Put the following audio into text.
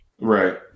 right